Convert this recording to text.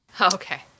Okay